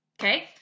Okay